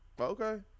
okay